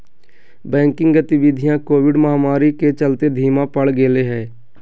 banking गतिवीधियां covid महामारी के चलते धीमा पड़ गेले हें